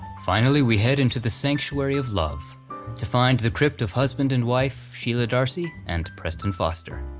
finally we head into the sanctuary of love to find the crypt of husband and wife, sheila darcy and preston foster.